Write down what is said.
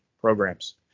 programs